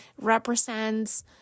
represents